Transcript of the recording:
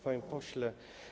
Panie Pośle!